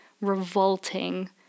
revolting